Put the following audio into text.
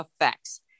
effects